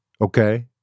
Okay